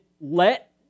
let